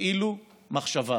תפעילו מחשבה.